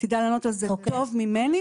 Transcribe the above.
תדע לענות על זה טוב ממני.